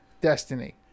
destiny